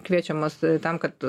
kviečiamos tam kad